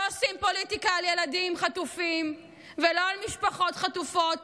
לא עושים פוליטיקה על ילדים חטופים ולא על משפחות חטופות,